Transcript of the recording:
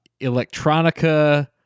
electronica